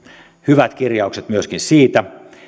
hyvät kirjaukset myöskin siitä